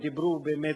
אמסלם.